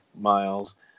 Miles